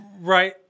Right